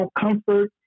comfort